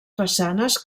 façanes